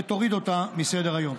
ותוריד אותה מסדר-היום.